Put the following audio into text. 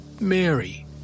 Mary